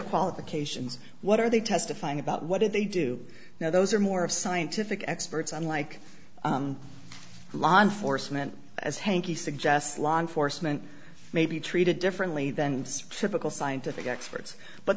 qualifications what are they testifying about what did they do now those are more scientific experts on like law enforcement as hankey suggests law enforcement may be treated differently than typical scientific experts but